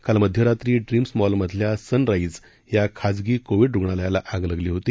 काल मध्यरात्री ड्रीम्स मॉलमधल्या सनराईज या खाजगी कोविड रुग्णालयाला आग लागली होती